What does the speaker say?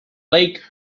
lake